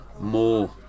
more